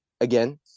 again –